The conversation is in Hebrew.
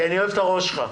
כי אני אוהב את הראש שלך.